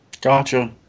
Gotcha